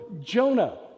Jonah